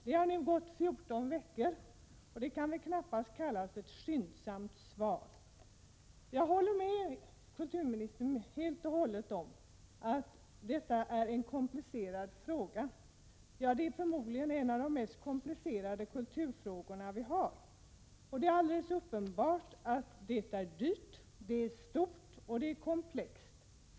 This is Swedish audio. Det har ju gått 10 veckor, och det kan väl knappast vara skyndsamt. Jag håller med kulturministern helt och hållet om att detta är en komplicerad fråga. Det är förmodligen en av de mest komplicerade kulturfrågor vi har. Det är uppenbart att det är dyrt, stort och komplext.